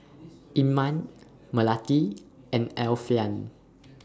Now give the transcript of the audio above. Iman Melati and Alfian